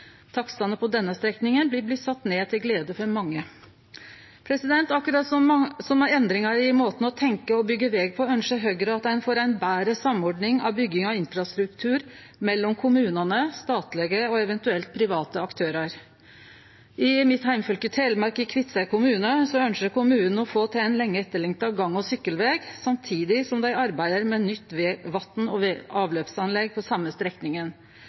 Takstane på denne strekninga vil bli sette ned til glede for mange. Akkurat som med endringar i måten å tenkje å byggje veg på ønskjer Høgre at ein får ei betre samordning av bygging av infrastruktur mellom kommunane, statlege og eventuelt private aktørar. I mitt heimfylke Telemark, i Kvitseid kommune, ønskjer kommunen å få til ein lenge etterlengta gang- og sykkelveg samtidig som dei arbeider med nytt vatn- og avløpsanlegg på same strekninga.